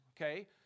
okay